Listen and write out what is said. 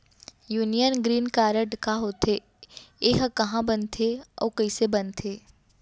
Union green card का होथे, एहा कहाँ बनथे अऊ कइसे बनथे?